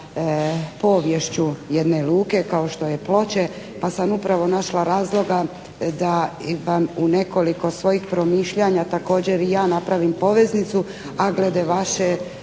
sa poviješću jedne luke kao što je Ploče, pa sam upravo našla razloga da vam u nekoliko svojih promišljanja također i ja napravim poveznicu, a glede vaše